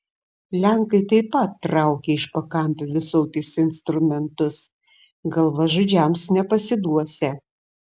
lenkai taip pat traukia iš pakampių visokius instrumentus galvažudžiams nepasiduosią